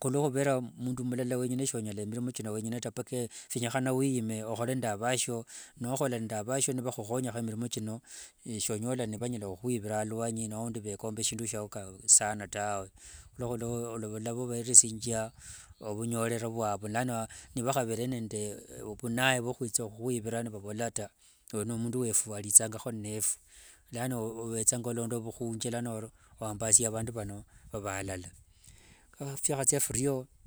hulwohuvera mundu mulala wenyene shonyala emirimo kino wenyene taa mpaka vyenyehane weyime ohole nde avashio, nohola nde avashio nivahuhonyaho mirimo chino, sonyola nivanyala huhwivira alwanyi aundi veekomba shindu shyao saana tawe olava overesingia ovunyorero vwavu lano nivahavere nende vunaye vwa hwitsa huhwivira nivavola taa uno ni mundu wefu aritsangaho inefu. Lano ovetsanga olonda vuhunji lano wambasia avandu vano vava alala. Vyahatsia firyo.